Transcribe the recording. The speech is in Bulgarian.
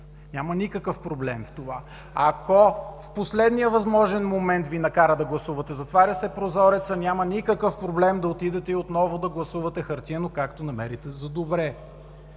Няма никакъв проблем в това. Ако в последния възможен момент Ви накара да гласувате, затваря се прозорецът, няма никакъв проблем да отидете и отново да гласувате хартиено, както намерите за добре.